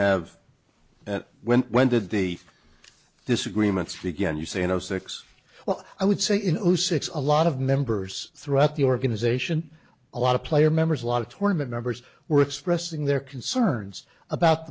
have that when when did the disagreements begin you say you know six well i would say in zero six a lot of members throughout the organization a lot of player members a lot of torment members were expressing their concerns about